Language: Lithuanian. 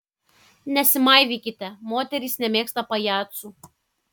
nesimaivykite moterys nemėgsta pajacų